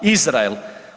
Izrael.